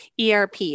erp